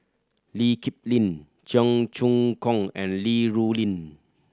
Lee Kip Lin Cheong Choong Kong and Li Rulin